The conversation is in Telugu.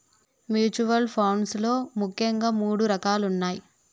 మ్యూచువల్ ఫండ్స్ లో ముఖ్యంగా మూడు రకాలున్నయ్